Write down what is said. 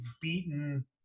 beaten